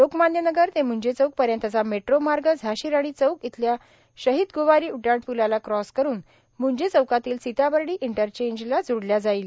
लोकमान्य नगर ते मूंजे चौक पर्यंतचा मेट्रो मार्ग झाशी राणी चौक येथील शहीद गोवारी उड्डाणपूलाला क्रॉस करून मुंजे चौकातील सिताबर्डी इंटरचेंजला जोडल्या जाईल